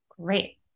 Great